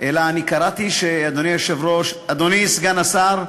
אלא קראתי, אדוני היושב-ראש, אדוני סגן השר,